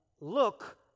look